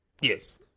Yes